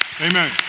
Amen